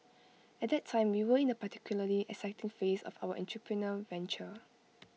at that time we were in A particularly exciting phase of our entrepreneurial venture